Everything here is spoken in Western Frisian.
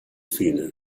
fine